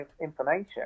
information